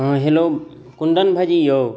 हँ हेलो कुन्दन भाइजी यौ